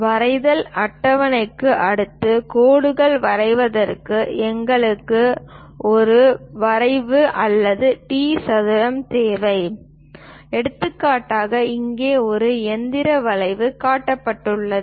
வரைதல் அட்டவணைக்கு அடுத்து கோடுகள் வரைவதற்கு எங்களுக்கு ஒரு வரைவு அல்லது டி சதுரம் தேவை எடுத்துக்காட்டாக இங்கே ஒரு இயந்திர வரைவு காட்டப்பட்டுள்ளது